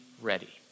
ready